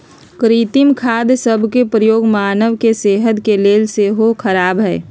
कृत्रिम खाद सभ के प्रयोग मानव के सेहत के लेल सेहो ख़राब हइ